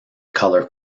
colour